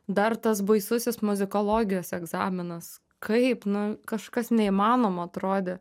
dar tas baisusis muzikologijos egzaminas kaip nu kažkas neįmanomo atrodė